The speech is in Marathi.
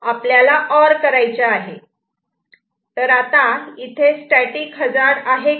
तर इथे स्टॅटिक हजार्ड आहे का